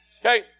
Okay